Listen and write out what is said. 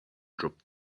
dropped